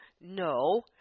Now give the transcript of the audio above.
no